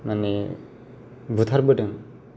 माने बुथारबोदों